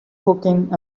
cooking